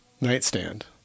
nightstand